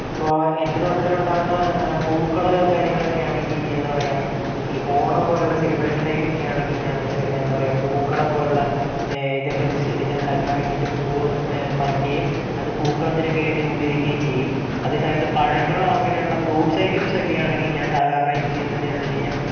ഇപ്പൊൾ എൻ്റെ തോട്ടത്തിൽ ഉണ്ടാകുന്ന പൂക്കള് കാര്യങ്ങളൊക്കെ ആണെങ്കിൽ എന്താ പറയുക ഈ ഓണം പോലുള്ള സെലിബ്രേഷൻ ടൈം ഒക്കെ ആണെങ്കിൽ ഞാൻ അത് എന്താ പറയുക പൂക്കളംപോലുള്ള ഇതൊക്കെ ഒന്ന് ഇത് ഉണ്ടാക്കാൻ വേണ്ടിയിട്ട് പൂവ് പറിക്കുകയും അത് പൂക്കളത്തിനൊക്കെ ആയിട്ട് ഉപയോഗിക്കുകയും ചെയ്യും അതെ സമയത്ത് പഴങ്ങളൊ അങ്ങനെയുള്ള ഫ്രൂട്ട്സ് ഐറ്റംസ് ഒക്കെ ആണെങ്കിൽ ഞാൻ സാധാരണ യൂസ് ചെയ്യുന്നത് എന്തിനാന്ന് വച്ചുകഴിഞ്ഞാൽ